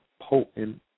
potent